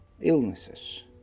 illnesses